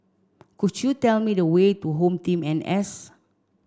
could you tell me the way to HomeTeam N S